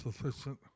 sufficient